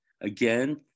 Again